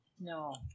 No